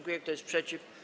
Kto jest przeciw?